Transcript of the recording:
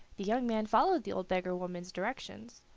the young man followed the old beggar-woman's directions.